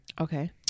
Okay